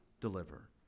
deliver